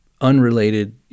unrelated